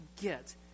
get